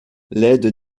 l’aide